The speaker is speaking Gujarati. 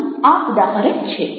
અહીં આ ઉદાહરણ છે